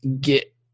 get